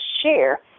share